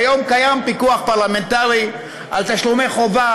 כיום קיים פיקוח פרלמנטרי על תשלומי חובה